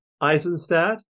Eisenstadt